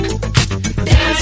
Dance